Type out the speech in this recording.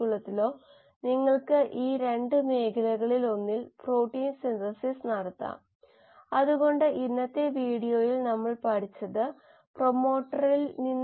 എന്നിട്ട് നമ്മൾ അകത്തേക്ക് നോക്കി മെറ്റബോളിക് ഫ്ലെക്സ് അനാലിസിസ് എന്ന ഒരു സാങ്കേതിക വിദ്യയിലൂടെ നമ്മൾ ധാരാളം സമയം ചെലവഴിച്ചു